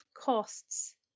costs